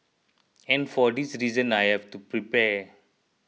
and for this reason I have to prepare